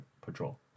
patrol